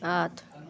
आठ